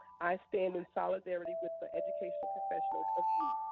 i stand in solidarity with the educational professionals of youth,